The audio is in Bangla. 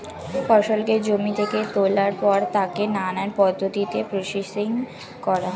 ফসলকে জমি থেকে তোলার পর তাকে নানান পদ্ধতিতে প্রসেসিং করা হয়